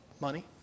money